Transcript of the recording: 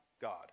God